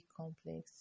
complex